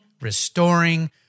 restoring